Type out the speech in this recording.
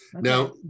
Now